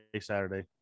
Saturday